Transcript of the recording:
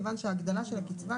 כיוון שההגדלה של הקצבה,